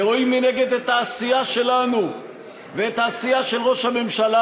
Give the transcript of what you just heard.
ורואים מנגד את העשייה שלנו ואת העשייה של ראש הממשלה,